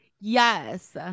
Yes